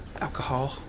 alcohol